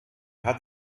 hat